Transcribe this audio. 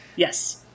Yes